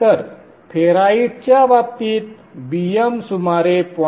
तर फेराइट्सच्या बाबतीत Bm सुमारे 0